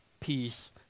peace